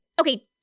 Okay